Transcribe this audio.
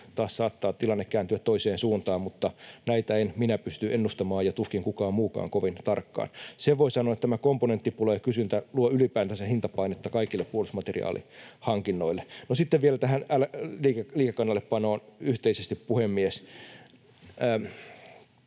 taas saattaa tilanne kääntyä toiseen suuntaan, mutta näitä en minä pysty ennustamaan ja tuskin kukaan muukaan kovin tarkkaan. Sen voi sanoa, että komponenttipula ja kysyntä luovat ylipäätänsä hintapainetta kaikille puolustusmateriaalihankinnoille. No sitten vielä tähän liikekannallepanoon yhteisesti, puhemies: